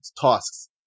tasks